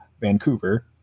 Vancouver